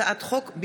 הצעת חוק פ/139/22,